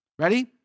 Ready